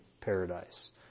paradise